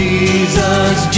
Jesus